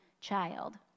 child